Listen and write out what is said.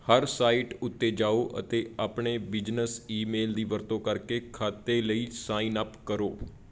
ਹਰ site ਉੱਤੇ ਜਾਓ ਅਤੇ ਆਪਣੇ ਬਿਜਨਸ ਈਮੇਲ ਦੀ ਵਰਤੋਂ ਕਰਕੇ ਖਾਤੇ ਲਈ ਸਾਈਨ ਅੱਪ ਕਰੋ